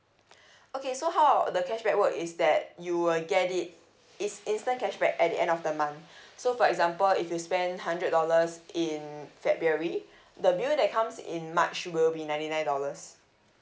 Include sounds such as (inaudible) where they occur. (breath) okay so how the cashback work is that you will get it it's instant cashback at the end of the month so for example if you spend hundred dollars in february the bill that comes in march will be ninety nine dollars